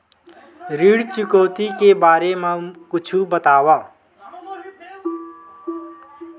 ऋण चुकौती के बारे मा कुछु बतावव?